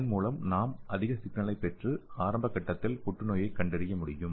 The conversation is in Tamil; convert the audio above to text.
இதன் மூலம் நாம் அதிக சிக்னலை பெற்று ஆரம்ப கட்டத்தில் புற்றுநோயைக் கண்டறிய முடியும்